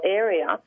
area